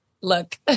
look